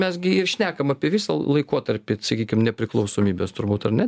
mes gi šnekam apie visą laikotarpį sakykim nepriklausomybės turbūt ar ne